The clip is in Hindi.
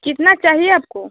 कितना चाहिए आपको